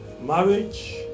Marriage